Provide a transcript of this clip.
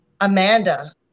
Amanda